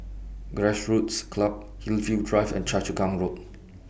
Grassroots Club Hillview Drive and Choa Chu Kang Road